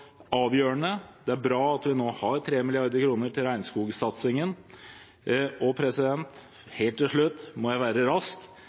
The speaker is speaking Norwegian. avgjørende. Det er bra at vi nå har 3mrd. kr til regnskogsatsingen.